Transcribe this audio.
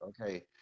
Okay